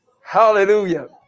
Hallelujah